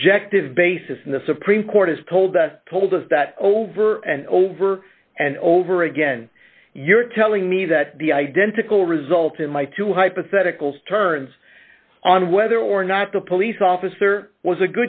objective basis in the supreme court has told us told us that over and over and over again you're telling me that the identical result in my two hypotheticals turns on whether or not the police officer was a